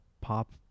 pop